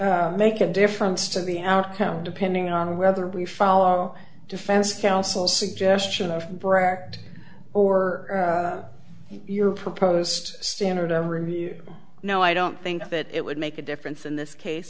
you make a difference to the outcome depending on whether we follow defense counsel suggestion of brar or your proposed standard of review no i don't think that it would make a difference in this case